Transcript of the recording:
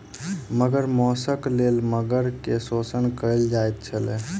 मगर मौसक लेल मगर के शोषण कयल जाइत छल